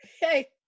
Hey